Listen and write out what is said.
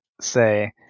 say